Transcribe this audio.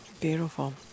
Beautiful